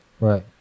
Right